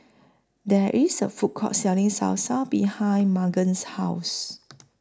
There IS A Food Court Selling Salsa behind Magen's House